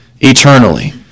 eternally